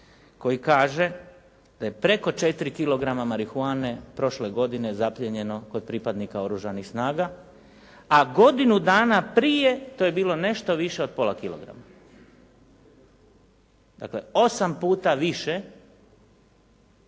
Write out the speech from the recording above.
koji kaže da je preko 4 kilograma marihuane prošle godine zaplijenjeno kod pripadnika Oružanih snaga, a godinu dana prije to je bilo nešto više od pola kilograma. Dakle osam puta više